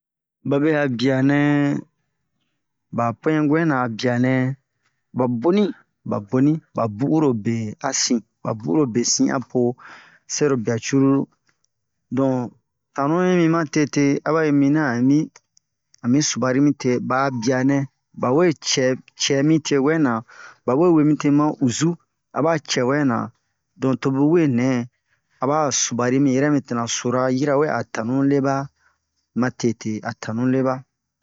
babe a bianɛ ba pinguin na a bianɛ ba boni ba boni ba bu'uro be a sin ba bu'uro sin a po sɛrobia cruru don tanu yi mi ma tete a ba yi mina a mi subari mi te ba'a bianɛ ba we cɛ cɛmi te wɛna bawe we mi uzu aba cɛ wɛ na don tobun we nɛ a ba subari mi yɛrɛ mitena sura yirawe a tanu le ba ma tete a tanu le ba